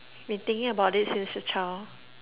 been thinking about it since a child